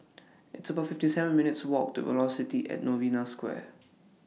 It's about fifty seven minutes' Walk to Velocity At Novena Square